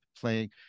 playing